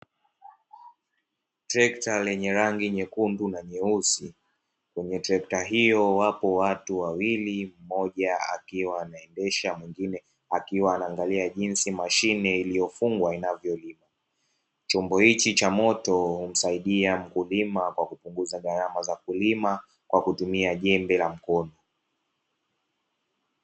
Trekta lenye rangi nyekundu na nyeusi. Kwenye trekta hiyo wapo watu wawili, mmoja akiwa anaendesha, mwingine akiwa anaangalia jinsi mashine iliyofungwa inavyolima. Chombo hichi cha moto humsaidia mkulima kwa kupunguza gharama za kulima kwa kutumia jembe la mkono.